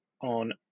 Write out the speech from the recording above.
on